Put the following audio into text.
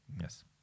Yes